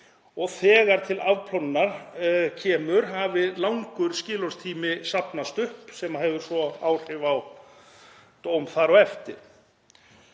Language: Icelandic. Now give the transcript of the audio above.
og þegar til afplánunar kemur hafi langur skilorðstími safnast upp.“ — Sem hefur svo áhrif á dóma þar á eftir.